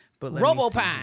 Robopine